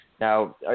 Now